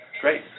Great